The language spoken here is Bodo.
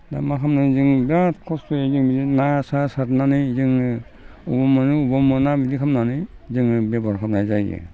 दा मा खालामनो जों बिराद खस्थ' जायो ना सा सारनानै जोङो अबाव मोनो अबाव मोना बिदि खालामनानै जोङो बेब'हार खालामनाय जायो